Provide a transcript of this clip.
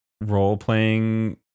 role-playing